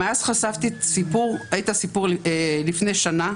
מאז חשפתי את הסיפור לפני שנה,